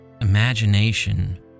imagination